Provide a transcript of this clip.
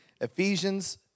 Ephesians